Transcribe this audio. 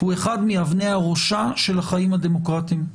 מאבני הראשה של החיים הדמוקרטיים.